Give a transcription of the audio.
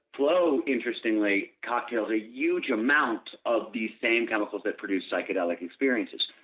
flow interestingly cocktails a huge amount of these same chemicals that produce psychedelic experiences,